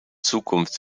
zukunft